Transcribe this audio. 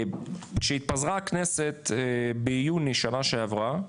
כשהתפזרה הכנסת בסוף חודש יוני שנה שעברה,